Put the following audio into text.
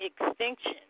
extinction